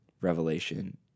revelation